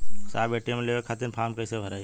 साहब ए.टी.एम लेवे खतीं फॉर्म कइसे भराई?